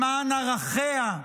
למען ערכיה,